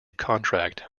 contract